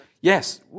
Yes